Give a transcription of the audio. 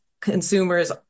consumers